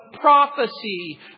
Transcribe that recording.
prophecy